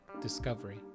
discovery